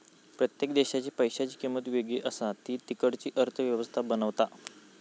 प्रत्येक देशाच्या पैशांची किंमत वेगळी असा ती तिकडची अर्थ व्यवस्था बनवता